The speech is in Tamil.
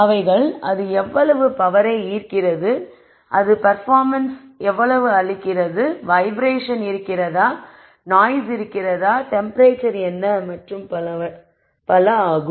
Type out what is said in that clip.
அவைகள் அது எவ்வளவு பவரை ஈர்க்கிறது அது பெர்ப்பாமன்ஸ் எவ்வளவு அளிக்கிறது வைப்ரேஷன் இருக்கிறதா நாய்ஸ் இருக்கிறதா டெம்ப்ரேச்சர் என்ன மற்றும் பல ஆகும்